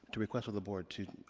to request of the board, to